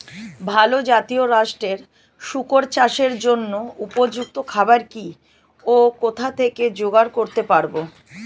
ভালো জাতিরাষ্ট্রের শুকর চাষের জন্য উপযুক্ত খাবার কি ও কোথা থেকে জোগাড় করতে পারব?